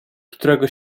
którego